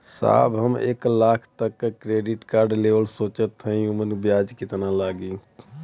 साहब हम एक लाख तक क क्रेडिट कार्ड लेवल सोचत हई ओमन ब्याज कितना लागि?